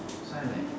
that's why like